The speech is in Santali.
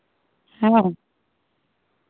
ᱦᱮᱸ